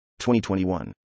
2021